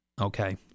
okay